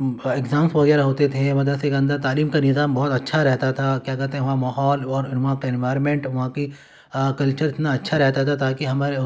exams وغیرہ ہوتے تھے مدرسے کے اندر تعلیم کا نظام بہت اچھا رہتا تھا کیا کہتے ہیں وہاں ماحول اور وہاں کا انوائرمنٹ وہاں کی کلچر اتنا اچھا رہتا تھا تاکہ ہمارے